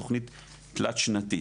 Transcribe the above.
בתכנית תלת שנתית.